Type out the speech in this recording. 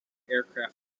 aircraft